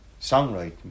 songwriting